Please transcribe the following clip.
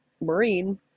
marine